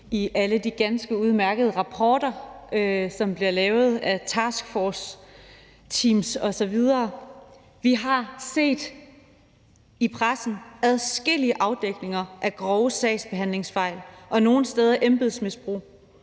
– alle de ganske udmærkede rapporter, som bliver lavet af taskforceteams osv. Vi har i pressen set adskillige afdækninger af grove sagsbehandlingsfejl og nogle steder embedsmisbrug,